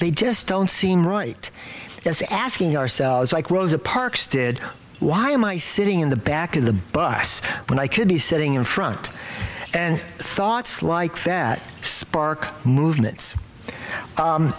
they just don't seem right as asking ourselves like rosa parks did why am i sitting in the back of the bus when i could be sitting in front and thoughts like that spark movements